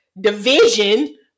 division